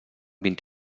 vint